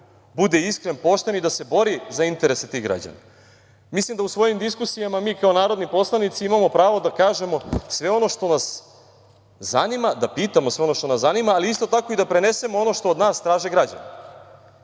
bude iskren, pošten i da se bori za interese tih građana. Mislim da u svojim diskusijama mi kao narodni poslanici imamo pravo da kažemo sve ono što nas zanima, da pitamo sve ono što nas zanima, ali isto tako i da prenesemo ono što od nas traže građani.